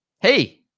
hey